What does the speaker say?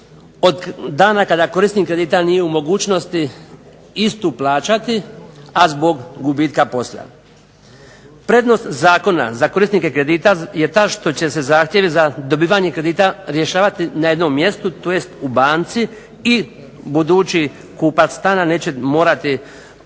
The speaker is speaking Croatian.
od dana kada korisnik kredita nije u mogućnosti istu plaćati, a zbog gubitka posla. Prednost zakona za korisnike kredita je ta što će se zahtjevi za dobivanje kredita rješavati na jednom mjestu, tj. u banci i budući kupac stana neće morati obilaziti